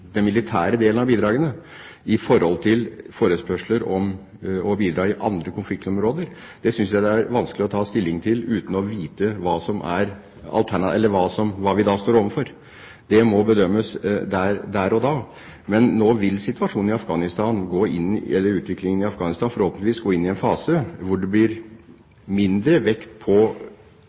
i forhold til forespørsler om å bidra i andre konfliktområder – synes jeg det er vanskelig å ta stilling til, uten å vite hva vi da står overfor. Det må bedømmes der og da. Utviklingen i Afghanistan vil forhåpentligvis gå inn i en fase hvor det blir lagt mindre vekt på